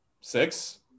Six